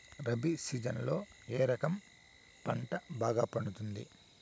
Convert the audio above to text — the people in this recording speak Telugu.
రబి సీజన్లలో ఏ రకం పంట బాగా పండుతుంది